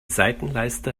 seitenleiste